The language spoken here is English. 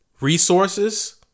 resources